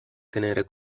tenere